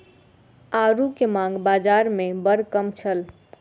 आड़ू के मांग बाज़ार में बड़ कम छल